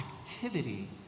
activity